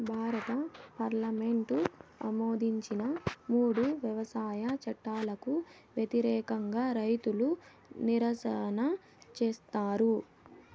భారత పార్లమెంటు ఆమోదించిన మూడు వ్యవసాయ చట్టాలకు వ్యతిరేకంగా రైతులు నిరసన చేసారు